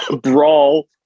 brawl